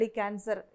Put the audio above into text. cancer